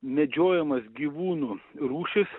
medžiojamas gyvūnų rūšis